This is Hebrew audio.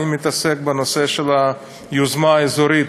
אני מתעסק בנושא של היוזמה האזורית